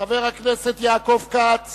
חבר הכנסת יעקב כץ